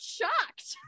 shocked